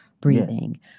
breathing